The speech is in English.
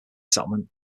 settlement